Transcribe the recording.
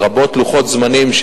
לרבות לוחות זמנים.